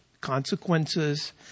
Consequences